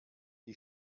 die